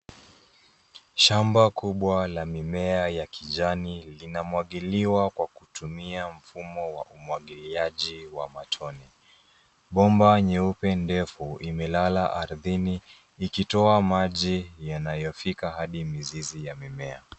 Shamba kubwa la mimea ya kijani linamwangiliwa kwa kutumia, mfumo wa umwangiliaji wa matone. Bomba nyeupe ndefu, imelala ardhini, ikitoa maji, yanayofika hadi mizizi ya mimea.